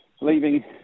leaving